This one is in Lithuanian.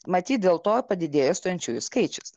matyt dėl to padidėjo stojančiųjų skaičius